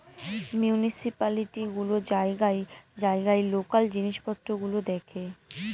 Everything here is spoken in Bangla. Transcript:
মিউনিসিপালিটি গুলো জায়গায় জায়গায় লোকাল জিনিস পত্র গুলো দেখে